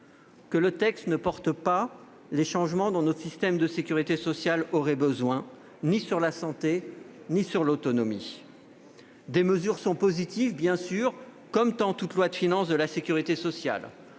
que le texte ne porte pas les changements dont notre système de sécurité sociale aurait besoin, ni sur la santé ni sur l'autonomie. Des mesures sont positives, bien sûr, comme dans tout PLFSS. Je pense au dispositif